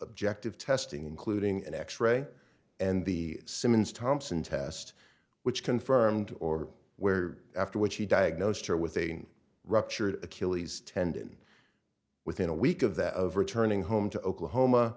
objective testing including an x ray and the simmons thompson test which confirmed or where after which he diagnosed her with a ruptured achilles tendon within a week of that of returning home to oklahoma